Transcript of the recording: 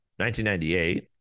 1998